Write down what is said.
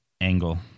Angle